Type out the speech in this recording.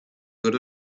good